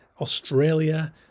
Australia